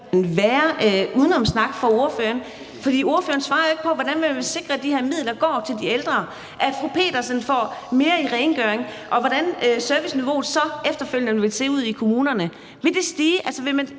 værre udenomssnak fra ordførerens side, for ordføreren svarer jo ikke på, hvordan man vil sikre, at de her midler går til de ældre, altså at fru Petersen får mere rengøring, og hvordan serviceniveauet efterfølgende vil se ud i kommunerne. Vil vi kunne